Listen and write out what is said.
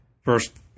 First